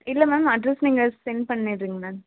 இல்லை ma'am address நீங்கள் send பண்ணிட்றீங்களா மேம்